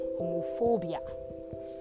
homophobia